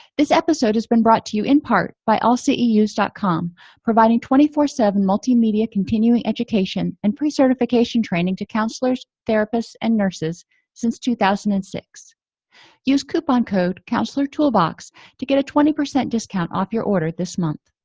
this episode has been brought to you in part by all ceus calm providing twenty four seven multimedia continuing education and pre certification training to counselors therapists and nurses since two thousand and six use coupon code consular toolbox to get a twenty percent discount off your order this month